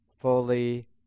fully